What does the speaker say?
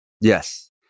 Yes